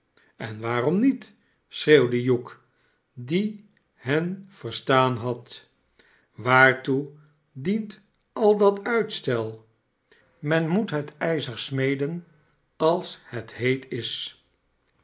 en waarom niet schreeuwde hugh die hen verstaan had swaartoe dient al dat uitstel men moet het ijzer smeden als het heet is